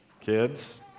Kids